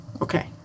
Okay